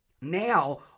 now